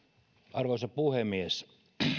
arvoisa puhemies